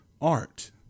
art